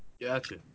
Gotcha